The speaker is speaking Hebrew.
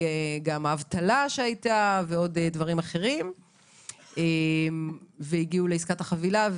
האבטלה שהיתה ועוד דברים אחרים והגיעו לעסקת החבילה.